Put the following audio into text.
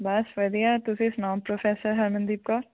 ਬਸ ਵਧੀਆ ਤੁਸੀਂ ਸੁਣਾਉ ਪ੍ਰੋਫੈਸਰ ਹਰਮਨਦੀਪ ਕੌਰ